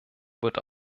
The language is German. wird